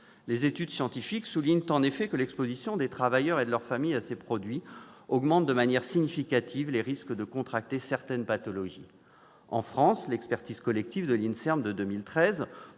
Les études scientifiques soulignent en effet que l'exposition des travailleurs et de leurs familles à ces produits augmente de manière significative les risques de contracter certaines pathologies. En France, l'expertise collective de l'INSERM de 2013,